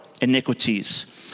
iniquities